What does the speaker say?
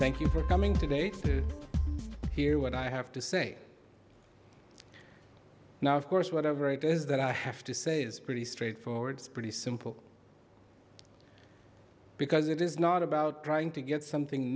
thank you for coming today hear what i have to say now of course whatever it is that i have to say is pretty straightforward pretty simple because it is not about trying to get something